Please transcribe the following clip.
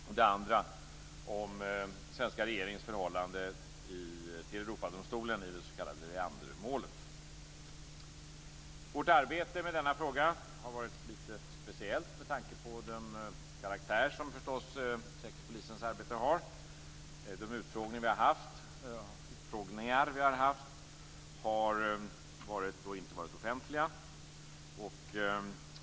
Den andra handlar om den svenska regeringens förhållande till Europadomstolen i det s.k. Leandermålet. Vårt arbete med frågan har varit litet speciellt, med tanke på den karaktär som Säkerhetspolisens arbete förstås har. De utfrågningar som vi haft har inte varit offentliga.